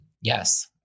yes